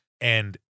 and-